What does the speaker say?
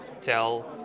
tell